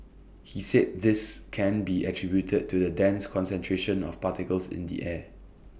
he said this can be attributed to the dense concentration of particles in the air